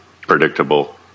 predictable